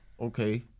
okay